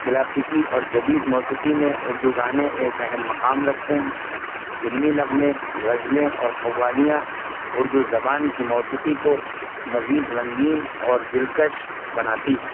کلاسیکی اور جدید موسیقی میں اردو گانے ایک اہم مقام رکھتے ہیں فلمی نغمے غزلیں اور قوالیاں اردو زبان کی موسیقی کو مزید رنگین اور دلکش بناتی ہے